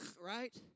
right